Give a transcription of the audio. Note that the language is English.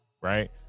right